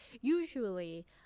usually